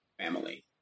family